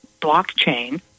blockchain